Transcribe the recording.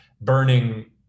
burning